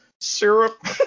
Syrup